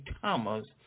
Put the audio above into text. Thomas